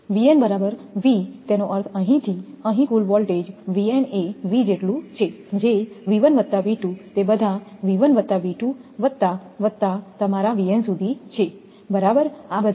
Vn બરાબર v તેનો અર્થ અહીંથી અહીં કુલ વોલ્ટેજ V જેટલું છે જે તે બધા V1 વત્તા V2 વત્તા વત્તા તમારા Vn સુધી છે બરાબર આ બધી બાબત